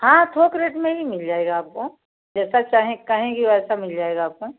हाँ थोक रेट में ही मिल जाएगा आपको जैसा चाहे कहेंगी वैसा मिल जाएगा आपको